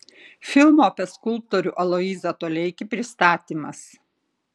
filmo apie skulptorių aloyzą toleikį pristatymas